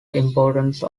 importance